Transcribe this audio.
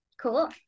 Cool